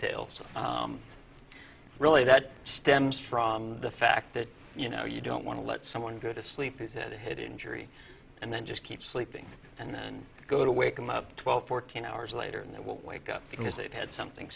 tales really that stems from the fact that you know you don't want to let someone go to sleep you said head injury and then just keep sleeping and then go to wake them up twelve fourteen hours later in the wake up because it had something